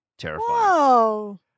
terrifying